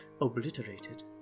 obliterated